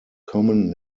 common